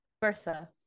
Bertha